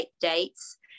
dates